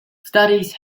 studies